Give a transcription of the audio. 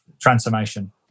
transformation